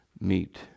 meet